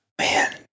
man